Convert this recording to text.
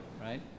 right